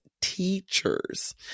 teachers